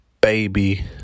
baby